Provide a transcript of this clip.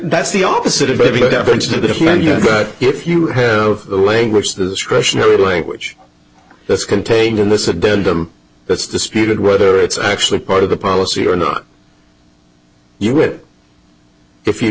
that's the opposite of maybe having to defend you know if you have the language discretionary language that's contained in this addendum that's disputed whether it's actually part of the policy or not you would if you